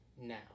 Now